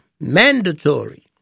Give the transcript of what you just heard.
mandatory